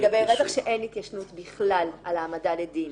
לגבי רצח, אין התיישנות בכלל על העמדה לדין.